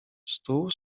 stół